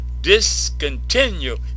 discontinue